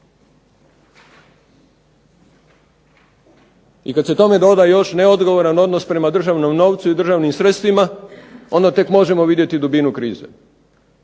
I kad se tome doda još neodgovoran odnos prema državnom novcu i državnim sredstvima onda tek možemo vidjeti dubinu krizu,